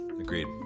Agreed